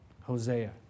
Hosea